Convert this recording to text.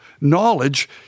Knowledge